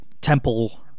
temple